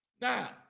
now